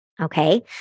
Okay